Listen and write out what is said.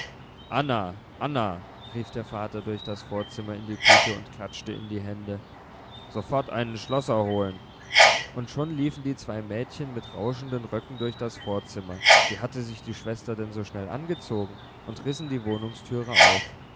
anna anna rief der vater durch das vorzimmer in die küche und klatschte in die hände sofort einen schlosser holen und schon liefen die zwei mädchen mit rauschenden röcken durch das vorzimmer wie hatte sich die schwester denn so schnell angezogen und rissen die wohnungstüre auf